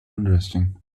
unresting